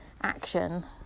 action